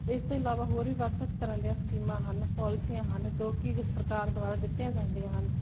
ਇਸ ਤੋਂ ਇਲਾਵਾ ਹੋਰ ਵੀ ਵੱਖ ਵੱਖ ਤਰ੍ਹਾਂ ਦੀਆਂ ਸਕੀਮਾਂ ਹਨ ਪੋਲਸੀਆਂ ਹਨ ਜੋ ਕਿ ਸਰਕਾਰ ਦੁਆਰਾ ਦਿੱਤੀਆਂ ਜਾਂਦੀਆਂ ਹਨ